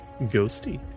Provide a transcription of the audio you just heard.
Ghosty